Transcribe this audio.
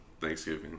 Thanksgiving